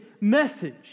message